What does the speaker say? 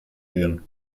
gehen